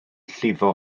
llifo